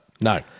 No